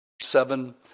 Seven